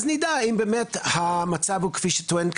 לגבי המצב הבריאותי במחוז אשקלון,